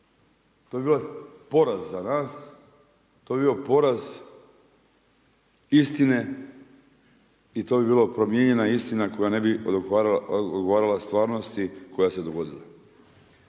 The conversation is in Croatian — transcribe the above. to bi bio poraz za nas, to bi bio poraz istine i to bi bila promijenjena istina koja ne bi odgovarala stvarnosti koja se dogodila.